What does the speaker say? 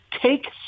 take